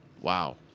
wow